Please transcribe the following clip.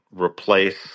replace